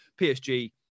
PSG